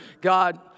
God